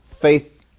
faith